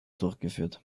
durchgeführt